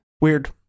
weird